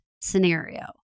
scenario